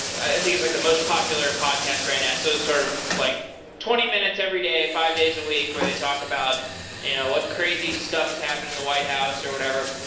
i think it's like the most popular podcast right now. it's so sort of like twenty minutes every day, five days a week, where they talk about and you know what crazy stuff is happening in the white house or whatever,